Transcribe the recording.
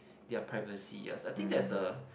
their privacy yes I think that's a